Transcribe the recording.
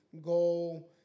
go